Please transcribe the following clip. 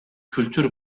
kültür